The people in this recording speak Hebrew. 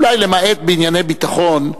אולי למעט ענייני ביטחון,